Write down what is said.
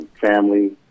family